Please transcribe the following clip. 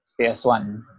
PS1